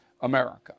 America